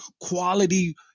quality